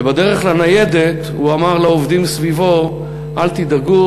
ובדרך לניידת הוא אמר לעובדים סביבו: אל תדאגו,